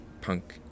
punk